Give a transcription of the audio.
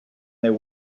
their